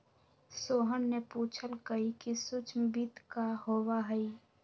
सोहन ने पूछल कई कि सूक्ष्म वित्त का होबा हई?